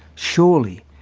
surely,